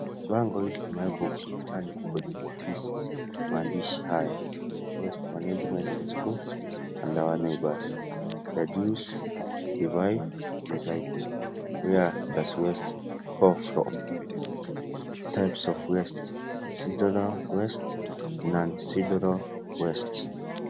Bango hili limeekwa ukutani kwenye notice maandishi haya, Waste Management in Schools and our Neighbours, reduce, revive, recycle. where does waste come from? Types of waste, cideral waste, non cideral waste .